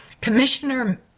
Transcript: Commissioner